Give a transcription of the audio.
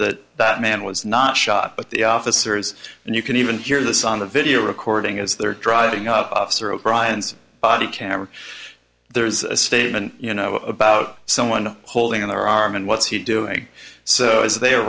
that that man was not shot at the officers and you can even hear this on the video recording as they're driving up officer o'brien's body cam there's a statement you know about someone holding in their arm and what's he doing so as the